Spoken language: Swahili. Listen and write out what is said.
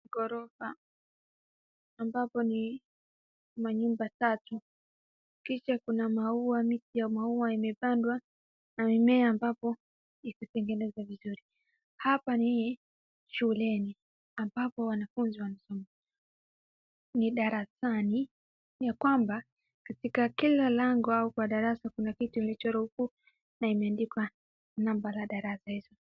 Ghorofa ambapo ni manyumba tatu, kisha kuna miti ya maua imepandwa na mimea ambapo imetengenezwa vizuri. Hapa ni shuleni ambapo wanafunzi wanasoma, ni darasani ya kwamba katika kila lango au kwa darasa, kuna kitu imechorwa huku na imeandikwa namba la darasa hizo.